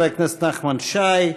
חבר הכנסת נחמן שי,